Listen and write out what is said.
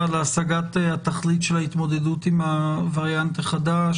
להשגת התכלית של ההתמודדות עם הווריאנט החדש.